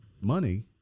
money